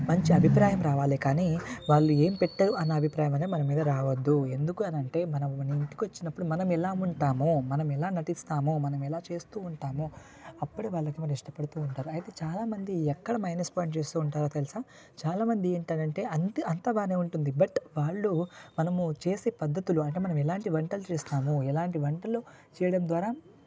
మంచి అభిప్రాయం రావాలి కానీ వాళ్ళు ఏం పెట్టారు అనే అభిప్రాయం అనేది మన మీద రావద్దు ఎందుకంటే మనం మన ఇంటికి వచ్చినప్పుడు మనం ఎలా ఉంటాము ఎలా నడుస్తామో మనం ఎలా చేస్తు ఉంటామో అప్పుడే వాళ్ళు మనల్ని ఇష్టపడుతు ఉంటారు అయితే చాలామంది ఎక్కడ మైనస్ పాయింట్ చేస్తు ఉంటారో తెలుసా చాలామంది ఏంటని అంటే అంత అంతా చాలా బాగా బాగానే ఉంటుంది బట్ వాళ్ళు మనం చేసే పద్ధతి పద్ధతులు అంటే మనం ఎలాంటి వంటలు చేస్తున్నామో ఎలాంటి వంటలు చేయడం ద్వారా